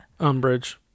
Umbridge